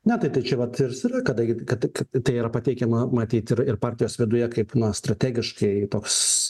na taip čia vat tas ir yra kadangi kad tai yra pateikiama matyt ir ir partijos viduje kaip na strategiškai toks